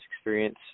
experience